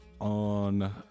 on